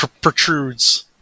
protrudes